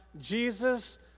Jesus